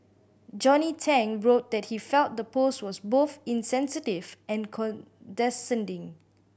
Johnny Tang wrote that he felt the post was both insensitive and condescending